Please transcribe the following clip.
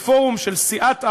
בפורום של סיעת העבודה,